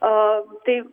o tai